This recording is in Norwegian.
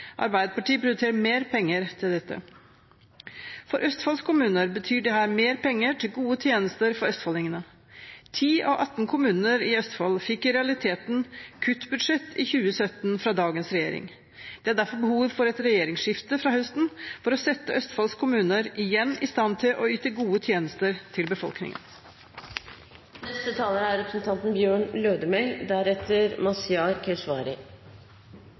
Arbeiderpartiet prioriterer mer penger til dette. For Østfolds kommuner betyr dette mer penger til gode tjenester for østfoldingene. 10 av 18 kommuner i Østfold fikk i realiteten kuttbudsjett i 2017 fra dagens regjering. Det er derfor behov for et regjeringsskifte fra høsten, for igjen å sette Østfolds kommuner i stand til å yte gode tjenester til befolkningen. Handsaminga av kommuneproposisjonen viser at det er